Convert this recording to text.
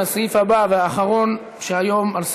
לסעיף הבא והאחרון שהיום על סדר-היום: